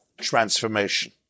transformation